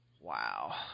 Wow